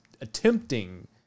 attempting